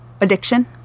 Addiction